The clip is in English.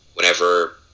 whenever